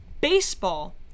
Baseball